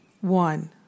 one